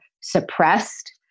suppressed